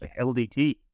LDT